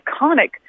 iconic